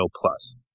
plus